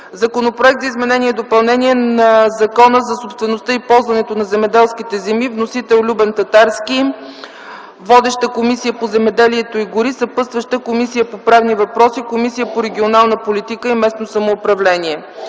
Законопроект за изменение и допълнение на Закона за собствеността и ползването на земеделските земи. Вносител е Любен Татарски. Водеща е Комисията по земеделието и горите. Съпътстващи са Комисията по правни въпроси и Комисията по регионална политика и местно самоуправление.